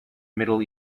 middle